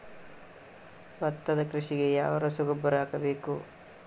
ಭತ್ತದ ಕೃಷಿಗೆ ಯಾವ ರಸಗೊಬ್ಬರ ಹಾಕಬೇಕು?